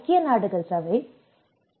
ஐக்கிய நாடுகள் சபை U